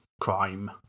crime